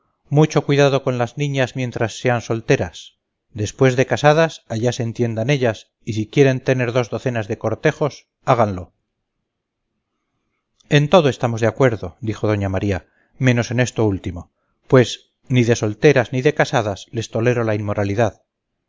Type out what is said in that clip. mucho cuidado con las niñas mientras sean solteras después de casadas allá se entiendan ellas y si quieren tener dos docenas de cortejos háganlo en todo estamos de acuerdo dijo doña maría menos en esto último pues ni de solteras ni de casadas les tolero la inmoralidad